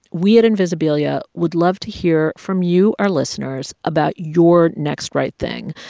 we at invisbilia would love to hear from you, our listeners, about your next right thing.